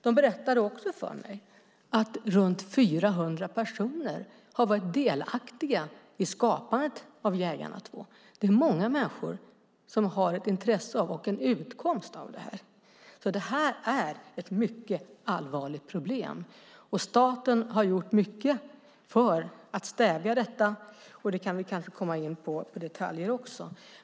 De berättade också för mig att runt 400 personer har varit delaktiga i skapandet av Jägarna 2 . Det är många människor som har intresse av och utkomst av det här. Detta är ett mycket allvarligt problem. Staten har gjort mycket för att stävja detta. Vi kan kanske komma in på detaljer också.